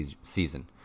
season